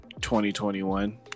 2021